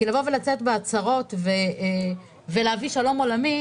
כי לצאת בהצהרות ולהביא שלום עולמי,